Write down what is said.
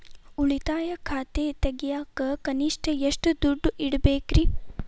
ಉಳಿತಾಯ ಖಾತೆ ತೆಗಿಯಾಕ ಕನಿಷ್ಟ ಎಷ್ಟು ದುಡ್ಡು ಇಡಬೇಕ್ರಿ?